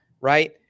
right